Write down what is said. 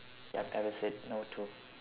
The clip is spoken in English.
you've ever said no to